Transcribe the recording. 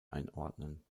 einordnen